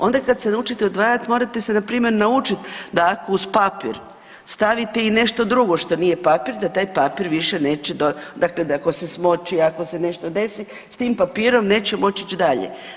Onda kad se naučite odvajati, morate se npr. naučiti da ako uz papir stavite i nešto drugo što nije papir, da taj papir više neće do, dakle da ako se smoči, ako se nešto desi s tim papirom, neće moći ići dalje.